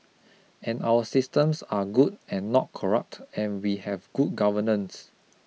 and our systems are good and not corrupt and we have good governance